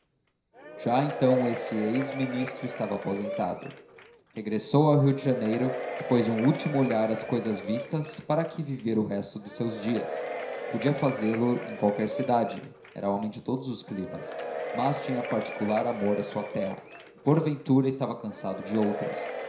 já então este ex ministro estava aposentado regressou ao rio de janeiro depois de um último olhar às cousas vistas para aqui viver o resto dos seus dias podia fazê-lo em qualquer cidade era homem de todos os climas mas tinha particular amor à sua terra e porventura estava cansado de outras